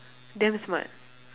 damn smart